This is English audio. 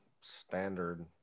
standard